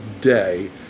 day